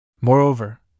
Moreover